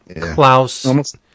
Klaus